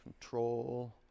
Control